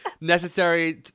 necessary